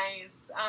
nice